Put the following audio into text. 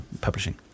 Publishing